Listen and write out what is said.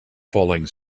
falling